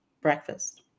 breakfast